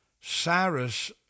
Cyrus